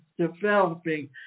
developing